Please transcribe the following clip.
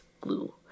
glue